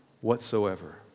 whatsoever